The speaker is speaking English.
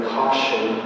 caution